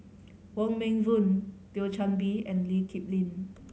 Wong Meng Voon Thio Chan Bee and Lee Kip Lin